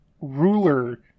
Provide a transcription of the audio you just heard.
ruler